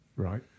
Right